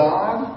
God